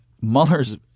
Mueller's